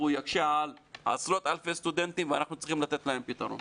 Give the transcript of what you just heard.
הוא יקשה על עשרות אלפי סטודנטים ואנחנו צריכים לתת להם פתרון.